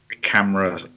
camera